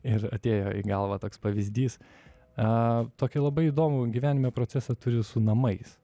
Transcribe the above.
ir atėjo į galvą toks pavyzdys a tokį labai įdomų gyvenime procesą turi su namais